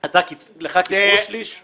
אתה מאוד מזדהה עם המשפחות השכולות, נכון?